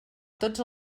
tots